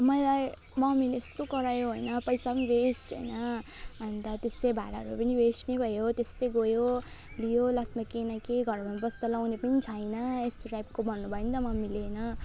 मलाई मम्मीले यस्तो करायो हैन पैसा पनि वेस्ट हैन अनि त त्यसै भाडाहरू पनि वेस्ट नै भयो त्यसै गयो लियो लास्टमा केही न केही घरमा बस्दा लाउने पनि छैन यस्तो टाइपको भन्नुभयो नि त मम्मीले हैन